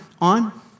on